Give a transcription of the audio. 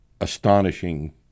astonishing